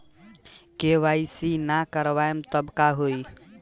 KYC ना करवाएम तब का होई?